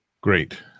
Great